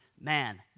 man